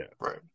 right